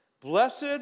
Blessed